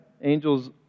angels